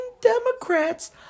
Democrats